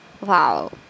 wow